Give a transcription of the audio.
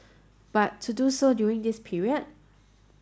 but to do so during this period